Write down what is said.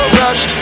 rush